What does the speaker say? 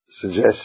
suggest